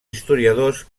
historiadors